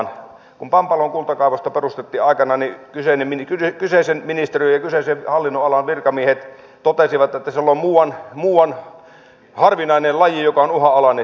kun pampalon kultakaivosta perustettiin aikanaan niin kyseisen ministeriön ja kyseisen hallinnonalan virkamiehet totesivat että siellä on muuan harvinainen laji joka on uhanalainen